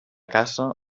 caça